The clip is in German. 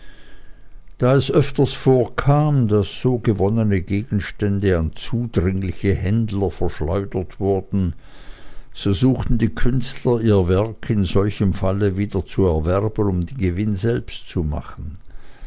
da es öfter vorkam daß so gewonnene gegenstände an zudringliche händler verschleudert wurden so suchten die künstler ihr werk in solchem falle wiederzuerwerben um den gewinn selbst zu machen